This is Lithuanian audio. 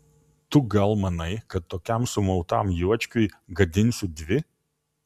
tu gal manai kad tokiam sumautam juočkiui gadinsiu dvi